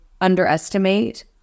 underestimate